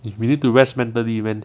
if you need to rest mentally even